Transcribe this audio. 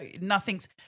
nothing's